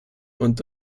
und